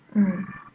mm